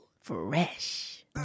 Fresh